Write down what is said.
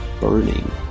burning